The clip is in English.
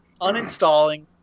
uninstalling